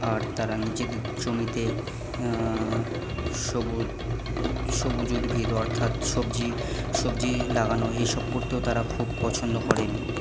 আর তারা নিজেদের জমিতে সবুজ উদ্ভিদ অর্থাৎ সবজি সবজি লাগানো এই সব করতেও তারা খুব পছন্দ করেন